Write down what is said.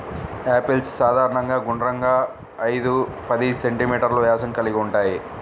apples సాధారణంగా గుండ్రంగా, ఐదు పది సెం.మీ వ్యాసం కలిగి ఉంటాయి